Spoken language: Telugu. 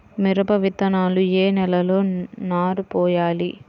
మిరప విత్తనాలు ఏ నెలలో నారు పోయాలి?